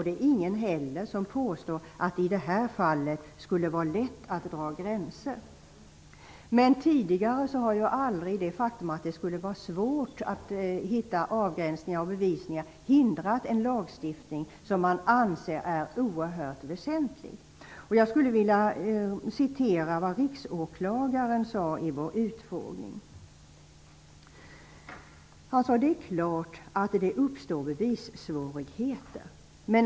Det är inte heller någon som har påstått att det i det här fallet skulle vara lätt att dra gränser. Men tidigare har ju aldrig det faktum att det skulle vara svårt att hitta avgränsningar och bevisningar hindrat en lagstiftning som man har ansett vara oerhört väsentlig. Jag vill citera vad riksåklagaren sade vid utskottets utfrågning: ''Det är klart att det uppstår bevissvårigheter.